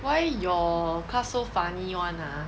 why your class so funny [one] ah